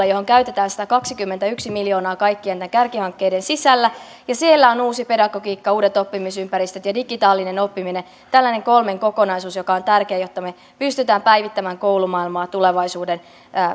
johon käytetään satakaksikymmentäyksi miljoonaa kaikkien näiden kärkihankkeiden sisällä siellä on uusi pedagogiikka uudet oppimisympäristöt ja digitaalinen oppiminen tällainen kolmen kokonaisuus joka on tärkeä jotta me pystymme päivittämään koulumaailmaa tulevaisuuden